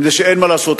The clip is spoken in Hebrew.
מפני שאין מה לעשות,